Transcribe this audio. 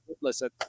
listen